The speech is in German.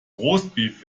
roastbeef